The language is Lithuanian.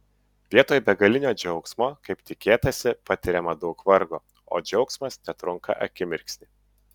vietoj begalinio džiaugsmo kaip tikėtasi patiriama daug vargo o džiaugsmas tetrunka akimirksnį